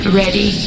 ready